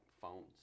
phones